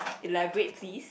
elaborate please